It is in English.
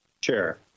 Chair